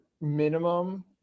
minimum